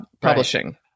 publishing